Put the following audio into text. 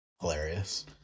hilarious